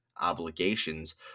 obligations